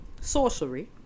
sorcery